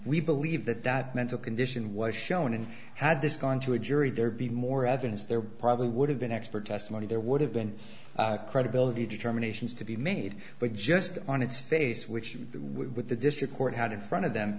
believe that that mental condition was shown and had this gone to a jury there be more evidence there probably would have been expert testimony there would have been credibility determinations to be made but just on its face which with the district court had in front of them